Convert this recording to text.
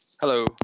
Hello